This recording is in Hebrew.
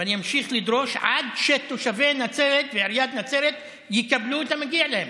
ואני אמשיך לדרוש עד שתושבי נצרת ועיריית נצרת יקבלו את המגיע להם.